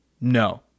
no